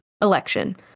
election